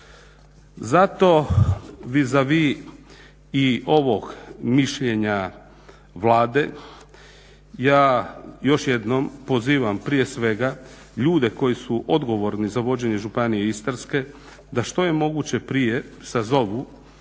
Zato vis-a-vis i ovog mišljenja Vlade ja još jednom pozivam prije svega ljude koji su odgovorni za vođenje županije Istarske da što je moguće prije sazovu